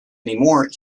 anymore